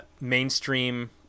mainstream